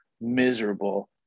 miserable